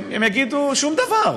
הם יגידו: שום דבר,